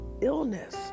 illness